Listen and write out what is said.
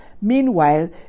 Meanwhile